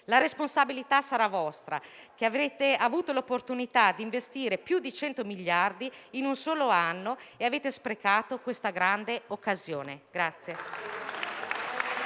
La responsabilità sarà vostra che avete avuto l'opportunità di investire più di cento miliardi in un solo anno e avete sprecato questa grande occasione.